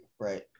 right